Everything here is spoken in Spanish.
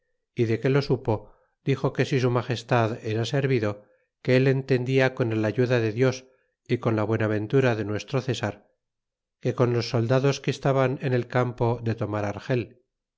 de que lo supo dixo que si su mages tad era servido que el entendia con el ayuda de dios y con la buenaventura de nuestro cesar que con los soldados que estaban en el campo de tomar á argel